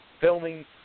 filming